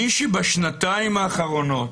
מי שבשנתיים האחרונות